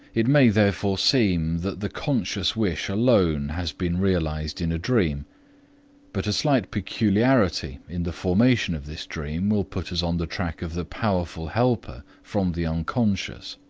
it may therefore seem that the conscious wish alone has been realized in a dream but a slight peculiarity in the formation of this dream will put us on the track of the powerful helper from the unconscious.